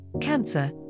Cancer